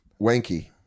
Wanky